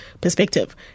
perspective